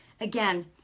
again